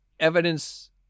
evidence